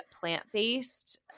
plant-based